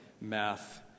math